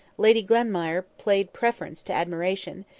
lady glenmire played preference to admiration,